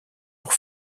pour